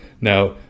now